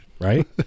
Right